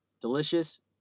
delicious